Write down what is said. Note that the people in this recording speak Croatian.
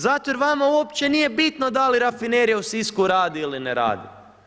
Zato jer vama uopće nije bitno da li rafinerija u Sisku radi ili ne radi.